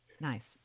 Nice